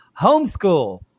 homeschool